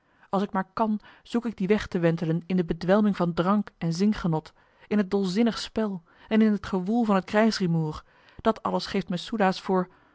als ik maar kan zoek ik dien weg te wentelen in de bedwelming van drank en zingenot in het dolzinnig spel en in t gewoel van t krijgsrumoer dat alles geeft me soelaes voor